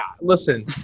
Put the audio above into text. listen